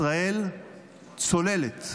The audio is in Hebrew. ישראל צוללת,